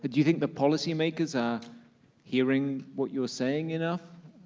but do you think the policy makers are hearing what you're saying enough?